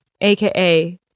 AKA